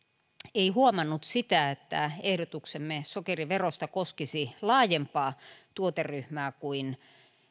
ei huomannut sitä että ehdotuksemme sokeriverosta koskisi laajempaa tuoteryhmää kuin